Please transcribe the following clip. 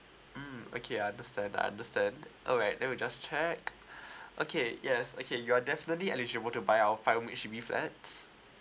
um okay understand understand alright let me just check okay yes okay you are definitely eligible to buy our five rooms H_D_B flats